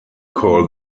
call